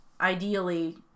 ideally